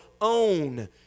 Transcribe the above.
own